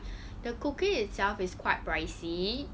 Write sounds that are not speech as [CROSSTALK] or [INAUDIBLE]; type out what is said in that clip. [BREATH] the cookie itself is quite pricey